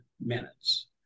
minutes